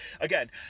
again